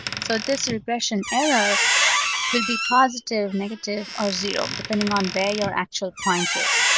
so this regression error will be positive, negative, or zero depending on where your actual point is.